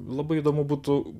labai įdomu būtų